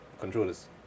Controllers